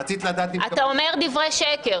רצית לדעת אם יקבלו אותך --- אתה אומר דברי שקר.